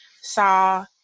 saw